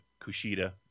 Kushida